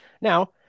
Now